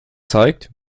zeigt